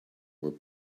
where